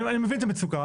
אני מבין את המצוקה.